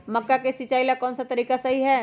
मक्का के सिचाई ला कौन सा तरीका सही है?